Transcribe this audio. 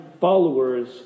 followers